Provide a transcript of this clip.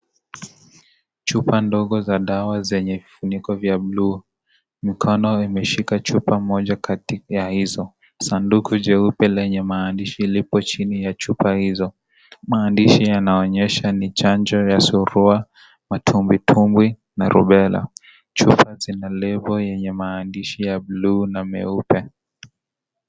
Chupa ndogo za dawa zenye vifuniko vya bluu. Mkono umeshika chupa moja kati ya hizo. Sanduku cheupe lenye maandishi liko chini ya chupa hizo. Maandishi yanaonyesha ni chanjo ya surua, matumbwitumbwi na rubella. Chupa zina lebo yenye maandishi ya bluu na meupe.